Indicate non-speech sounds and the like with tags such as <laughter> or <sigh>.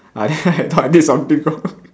I <laughs> I thought I did something wrong